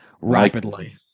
Rapidly